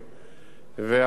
הפרויקט הזה,